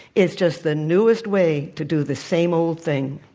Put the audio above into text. it's just the newest way to do the same old thing.